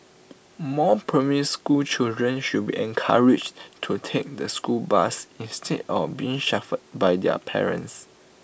more primary school children should be encouraged to take the school bus instead of being chauffeured by their parents